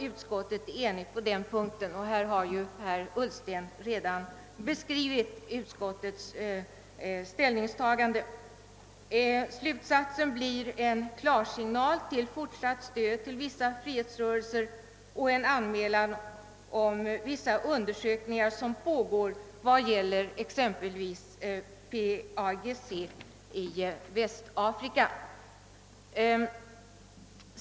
Utskottet är enigt på den punkten, och herr Ullsten har här redan beskrivit utskottets ställningstagande. Slutsatsen blir en klarsignal till fortsatt stöd åt vissa frihetsrörelser och en anmälan om vissa undersökningar som pågår exempelvis vad gäller PAIGC i Västafrika.